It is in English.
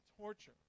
torture